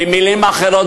במילים אחרות,